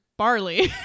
Barley